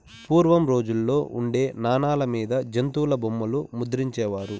పూర్వం రోజుల్లో ఉండే నాణాల మీద జంతుల బొమ్మలు ముద్రించే వారు